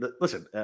listen